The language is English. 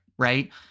Right